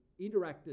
interacted